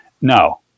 no